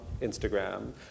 Instagram